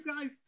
guys